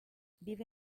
vive